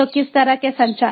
तो किस तरह के संचार